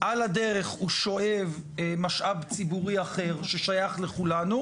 על הדרך שהוא שואב משאב ציבורי אחר ששייך לכולנו.